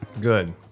Good